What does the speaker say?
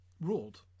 ruled